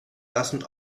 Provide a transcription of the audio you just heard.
lassen